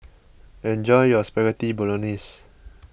enjoy your Spaghetti Bolognese